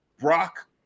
Brock